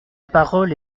parole